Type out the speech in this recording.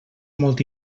molt